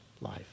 life